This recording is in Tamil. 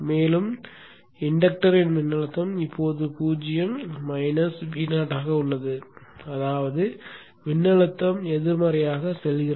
மேலும் இண்டக்டரின் மின்னழுத்தம் இப்போது 0 மைனஸ் Vo ஆக உள்ளது அதாவது மின்னழுத்தம் எதிர்மறையாக செல்கிறது